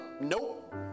nope